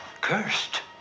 Cursed